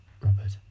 Robert